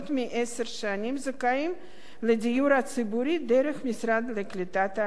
שנים זכאים לדיור הציבורי דרך המשרד לקליטת העלייה.